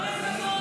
כל הכבוד,